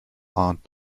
aunt